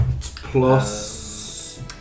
plus